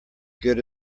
good